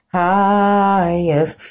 highest